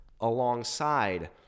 alongside